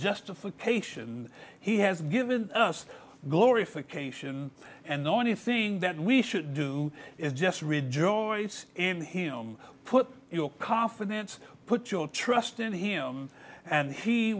justification he has given us glorification and the only thing that we should do is just rejoice in him put your confidence put your trust in him and he